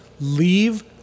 leave